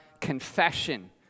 confession